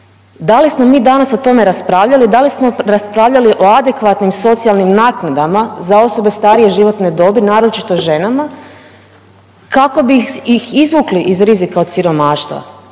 Da li smo mi danas o tome raspravljali? Da li smo raspravljali o adekvatnim socijalnim naknadama za osobe starije životne dobi naročito ženama kako bi ih izvukli iz rizika od siromaštva.